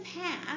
past